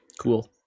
Cool